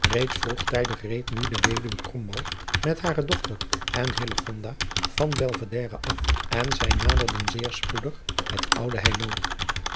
reeds vroegtijdig reed nu de weduw krombalg met hare dochter en hillegonda van belvedere af en zij naderden zeer spoedig het oude